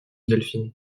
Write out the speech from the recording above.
delphine